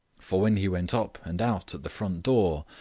for when he went up and out at the front door,